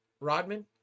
rodman